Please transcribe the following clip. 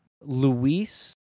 Luis